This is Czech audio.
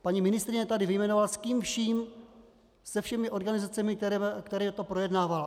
Paní ministryně tady vyjmenovala, s kým vším, se všemi organizacemi, kterými to projednávala.